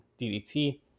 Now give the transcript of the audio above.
DDT